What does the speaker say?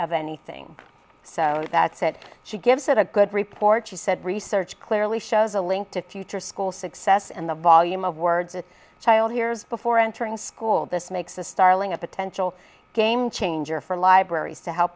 of anything so that said she gives it a good report she said research clearly shows a link to future school success and the volume of words a child hears before entering school this makes the starling a potential game changer for libraries to help